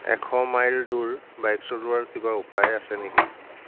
এশ মাইল দূৰ বাইক চলোৱাৰ কিবা উপায় আছে নেকি